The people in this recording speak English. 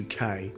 UK